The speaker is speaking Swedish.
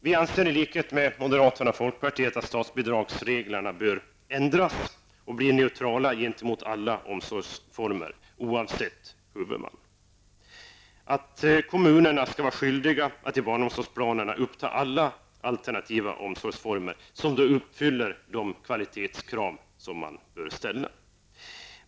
Vi anser i likhet med moderaterna och folkpartiet att statsbidragsreglerna bör ändras. De bör vara neutrala gentemot alla omsorgsformer oavsett huvudman. Kommunerna skall vara skyldiga att i barnomsorgsplanerna uppta alla alternativa barnomsorgsformer som fyller de kvalitetskrav som man bör ställa.